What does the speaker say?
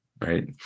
right